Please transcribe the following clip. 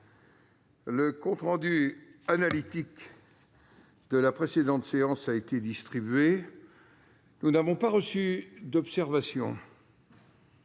Le compte rendu analytique de la précédente séance a été distribué. Il n'y a pas d'observation